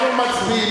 אנחנו מצביעים,